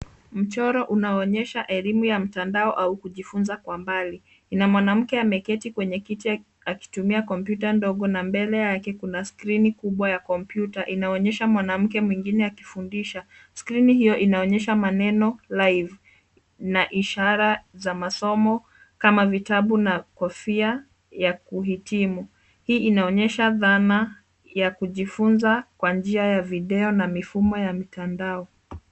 Mchoro unaonyesha elimu ya mtandao au kujifunza kwa mbali. Ina mwanamke ameketi kwenye kiti akitumia kompyuta ndogo na mbele yake kuna skrini kubwa ya kompyuta inaonyesha mwanamke mwingine akifundisha. Skrini hiyo inaonyesha maneno live na ishara za masomo kama vitabu na kofia ya kuhitimu. Hii inaonyesha dhana ya kujifunza kwa njia ya video na mifumo ya mitandao.